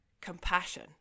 compassion